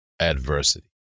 adversity